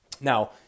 Now